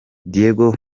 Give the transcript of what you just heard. diego